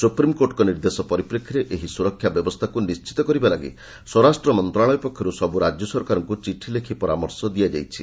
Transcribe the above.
ସୁପ୍ରିମ୍କୋର୍ଟଙ୍କ ନିର୍ଦ୍ଦେଶ ପରିପ୍ରେକ୍ଷୀରେ ଏହି ସୁରକ୍ଷା ବ୍ୟବସ୍ଥାକୁ ନିଶ୍ଚିତ କରିବା ଲାଗି ସ୍ୱରାଷ୍ଟ୍ର ମନ୍ତ୍ରଣାଳୟ ପକ୍ଷରୁ ସବୁ ରାଜ୍ୟ ସରକାରଙ୍କୁ ଚିଠି ଲେଖି ପରାମର୍ଶ ଦିଆଯାଇଛି